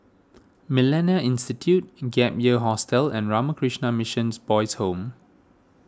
Millennia Institute Gap Year Hostel and Ramakrishna Mission Boys' Home